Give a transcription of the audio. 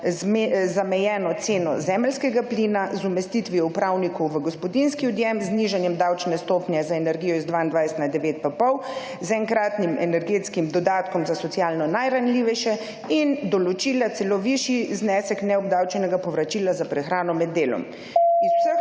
zamejeno ceno zemeljskega plina, z umestitvijo upravnikov v gospodinjski odjem, z znižanjem davčne stopnje za energije iz 22 na 9,5, z enkratnim energetskim dodatkom za socialno najranljivejše in določila celo višji znesek neobdavčenega povračila za prehrano med delom. / znak